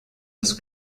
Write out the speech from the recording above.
das